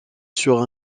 sur